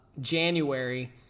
January